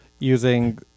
Using